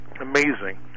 Amazing